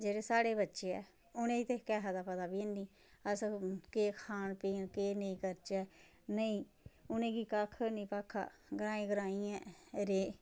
जेह्ड़े साढ़े बच्चे ऐ उ'नेंगी ते कैहा दा पता बी ऐ निं ऐ अस केह् खान पीन केह् नेईं करचै नेईं उ'नेंगी कक्ख नेईं भाखा ग्राईं ग्राईं गै रेह्